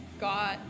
got